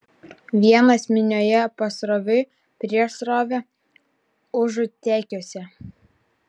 vienas minioje pasroviui prieš srovę užutėkiuose